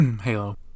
Halo